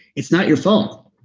it's not your fault